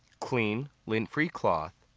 clean, lint-free cloth.